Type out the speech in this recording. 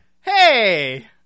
Hey